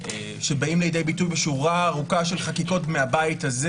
שבאים לידי ביטוי בשורה ארוכה של חקיקות מהבית הזה: